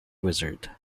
wizard